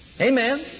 Amen